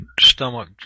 stomach